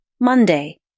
Monday